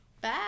bye